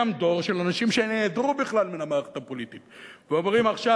קם דור של אנשים שנעדרו בכלל מן המערכת הפוליטית ואומרים עכשיו: